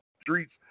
streets